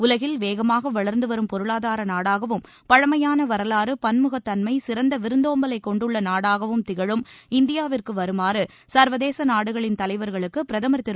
உலகில் வேகமாக வளர்ந்து வரும் பொருளாதார நாடாகவும் பழமையான வரவாறு பன்முகத் தன்மை சிறந்த விருந்தோம்பலைக் கொண்டுள்ள நாடாகவும் திகழும் இந்தியாவிற்கு வருமாறு சர்வதேச நாடுகளின் தலைவர்களுக்கு பிரதமர் திரு